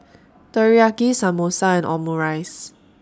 Teriyaki Samosa and Omurice